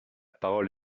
parole